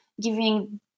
giving